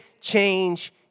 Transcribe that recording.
change